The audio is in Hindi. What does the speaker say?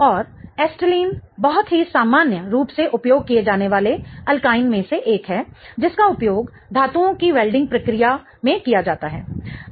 और एसिटिलीन बहुत ही सामान्य रूप से उपयोग किए जाने वाले एल्काइन में से एक है जिसका उपयोग धातुओं की वेल्डिंग प्रक्रिया में किया जाता है